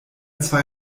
zwei